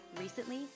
Recently